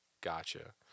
Gotcha